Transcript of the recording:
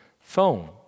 phone